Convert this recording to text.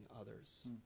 others